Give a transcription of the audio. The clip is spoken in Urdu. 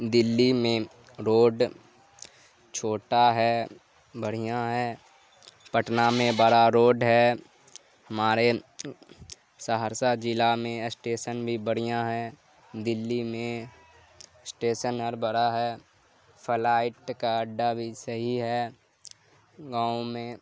دلی میں روڈ چھوٹا ہے بڑھیا ہے پٹنہ میں بڑا روڈ ہے ہمارے سہرسہ ضلع میں اسٹیسن بھی بڑھیا ہے دلی میں اسٹیسن ہر بڑا ہے فلائٹ کا اڈا بھی صحیح ہے گاؤں میں